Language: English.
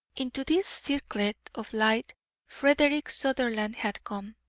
into this circlet of light frederick sutherland had come.